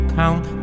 count